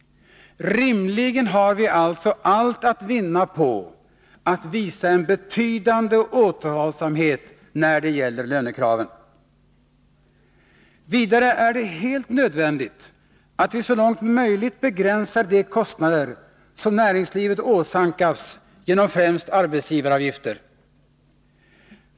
Rimligen har vi alltså allt att vinna på att visa en betydande återhållsamhet när det gäller lönekraven. Vidare är det helt nödvändigt att vi så långt möjligt begränsar de kostnader som näringslivet åsamkas genom främst arbetsgivaravgifter.